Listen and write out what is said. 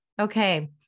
Okay